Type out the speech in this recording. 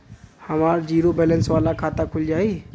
हमार zero balance वाला खाता खुल जाई?